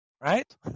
right